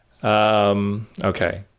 Okay